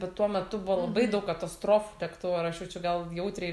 bet tuo metu buvo labai daug katastrofų lėktuvų ir aš jaučiu gal jautriai